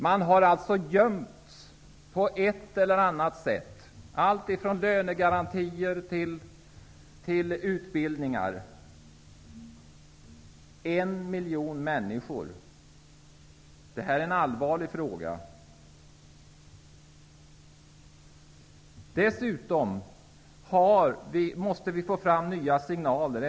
Man har alltså på ett eller annat sätt gömt detta faktum med allt ifrån lönegarantier till utbildningar. En miljon människor. Detta är en allvarlig fråga. Dessutom måste vi få fram nya signaler.